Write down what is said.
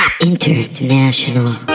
International